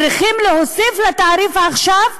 צריכים להוסיף לתעריף עכשיו,